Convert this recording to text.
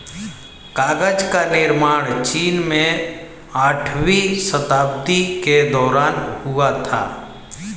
कागज का निर्माण चीन में आठवीं शताब्दी के दौरान हुआ था